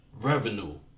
revenue